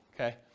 okay